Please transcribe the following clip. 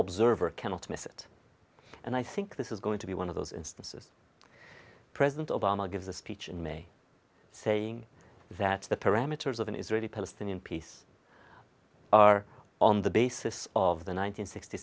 observer kennel to miss it and i think this is going to be one of those instances president obama gives a speech in me saying that the parameters of an israeli palestinian peace are on the basis of the